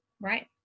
Right